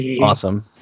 Awesome